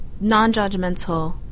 non-judgmental